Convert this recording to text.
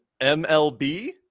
MLB